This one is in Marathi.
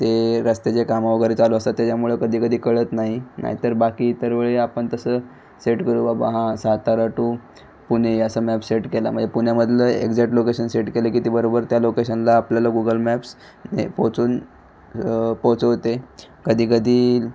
ते रस्त्याचे कामं वगैरे चालू असतात त्याच्यामुळं कधी कधी कळत नाही नाही तर बाकी इतर वेळी आपण तसं सेट करू बाबा हां सातारा टू पुणे असा मॅप सेट केला म्हणजे पुण्यामधील एक्झॅट लोकेशन सेट केलं की ते बरोबर त्या लोकेशनला आपल्याला गुगल मॅप्स ने पोचून पोचवते कधी कधी